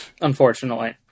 Unfortunately